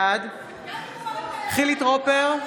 בעד חילי טרופר,